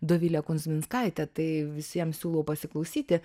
dovile kunzminskaite tai visiem siūlau pasiklausyti